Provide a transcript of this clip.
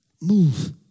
move